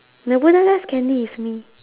nobunaga's candy is me